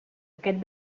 aquest